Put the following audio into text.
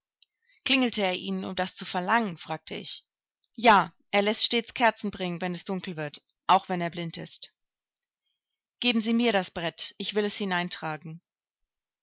klingelte er ihnen um das zu verlangen fragte ich ja er läßt stets kerzen bringen wenn es dunkel wird wenn er auch blind ist geben sie mir das brett ich will es